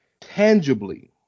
tangibly